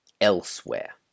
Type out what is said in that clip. Elsewhere